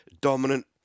Dominant